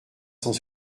cent